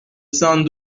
sans